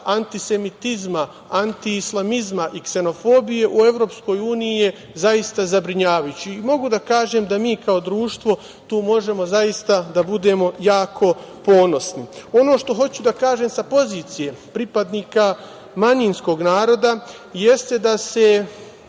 antisemitizma, antislamizma i ksenofobije u EU je zaista zabrinjavajući i mogu da kažem da mi kao društvo tu možemo zaista da budemo jako ponosni. Ono što hoću da kažem sa pozicije pripadnika manjinskog naroda jeste da se